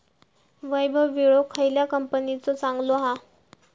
वैभव विळो खयल्या कंपनीचो चांगलो हा?